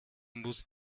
musst